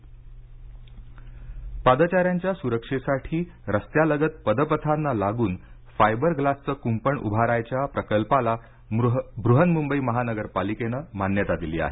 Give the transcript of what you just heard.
मंबई पादचाऱ्यांच्या सुरक्षेसाठी रस्त्यालगत पदपथांना लागून फायबर ग्लासचं कूंपण उभारायच्या प्रकल्पाला ब्रहन्मुंबई महानगरपालिकेनं मान्यता दिली आहे